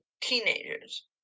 teenagers